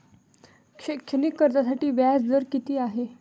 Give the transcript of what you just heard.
शैक्षणिक कर्जासाठी व्याज दर किती आहे?